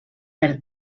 per